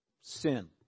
sin